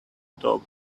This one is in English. dog